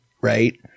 right